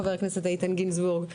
חבר הכנסת איתן גינזבורג,